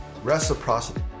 Reciprocity